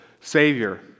Savior